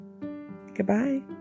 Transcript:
Goodbye